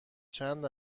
چند